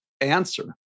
answer